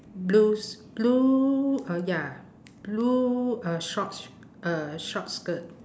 blues blue uh ya blue uh shorts uh short skirt